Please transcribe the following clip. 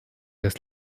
des